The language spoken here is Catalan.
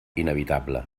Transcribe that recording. inevitable